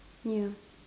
ya